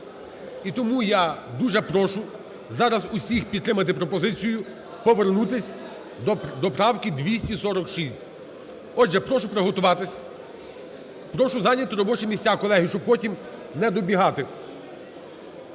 І тому я дуже прошу зараз усіх підтримати пропозицію повернутись до правки 246. Отже, прошу приготуватись, прошу зайняти робочі місця, колеги. Щоб потім не добігати.